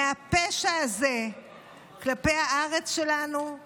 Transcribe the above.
מהפשע הזה כלפי הארץ שלנו